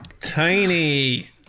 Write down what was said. Tiny